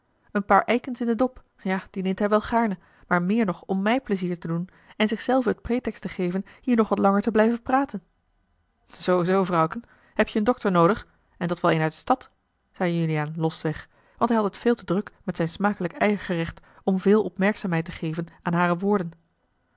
een paar eikens in den dop ja die neemt hij wel gaarne maar meer nog om mij pleizier te doen en zichzelven het pretext te geven hier nog wat langer te blijven praten zoo zoo vrouwken heb je een dokter noodig en dat wel een uit de stad zeî juliaan losweg want hij had het veel te druk met zijn smakelijk eiergerecht om veel opmerkzaamheid te geven aan hare woorden